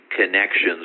connections